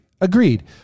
Agreed